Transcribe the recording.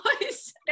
Yes